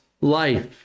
life